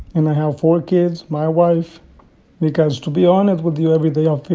and i have four kids, my wife because, to be honest with you, every day, i